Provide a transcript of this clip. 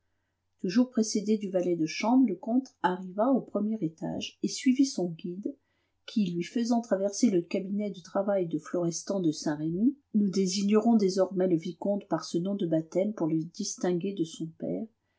toujours précédé du valet de chambre le comte arriva au premier étage et suivit son guide qui lui faisant traverser le cabinet de travail de florestan de saint-remy nous désignerons désormais le vicomte par ce nom de baptême pour le distinguer de son père